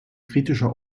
kritischer